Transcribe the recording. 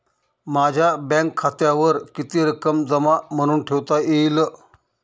माझ्या बँक खात्यावर किती रक्कम जमा म्हणून ठेवता येईल?